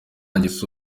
ngeso